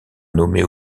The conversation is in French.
nommée